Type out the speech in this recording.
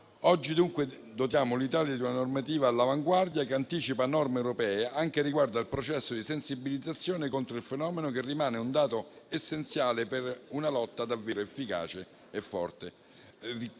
Oggi dunque dotiamo l'Italia di una normativa all'avanguardia che anticipa norme europee anche riguardo al processo di sensibilizzazione contro il fenomeno che rimane un dato essenziale per una lotta davvero efficace e forte.